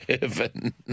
heaven